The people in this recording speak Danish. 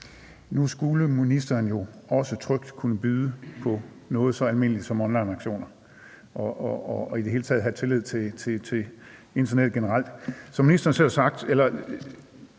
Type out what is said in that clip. Nu skulle ministeren jo også trygt kunne byde på noget så almindeligt som onlineauktioner og i det hele taget have tillid til internettet generelt. Som ministeren selv har sagt